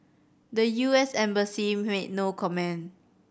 the U S embassy made no comment